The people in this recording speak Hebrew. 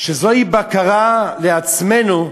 שזוהי בקרה לעצמנו,